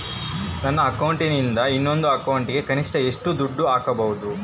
ನನ್ನ ಅಕೌಂಟಿಂದ ಇನ್ನೊಂದು ಅಕೌಂಟಿಗೆ ಕನಿಷ್ಟ ಎಷ್ಟು ದುಡ್ಡು ಹಾಕಬಹುದು?